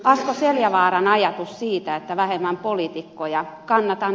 asko seljavaaran ajatusta vähemmän poliitikkoja kannatan